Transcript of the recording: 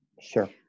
Sure